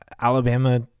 Alabama